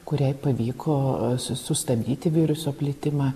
kuriai pavyko su sustabdyti viruso plitimą